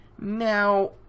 Now